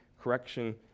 correction